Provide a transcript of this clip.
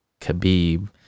Khabib